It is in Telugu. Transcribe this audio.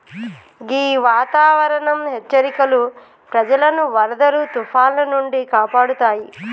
గీ వాతావరనం హెచ్చరికలు ప్రజలను వరదలు తుఫానాల నుండి కాపాడుతాయి